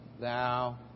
thou